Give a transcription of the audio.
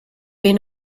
been